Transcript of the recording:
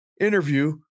interview